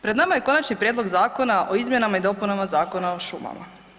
Pred nama je Konačni prijedlog zakona o izmjenama i dopunama Zakona o šumama.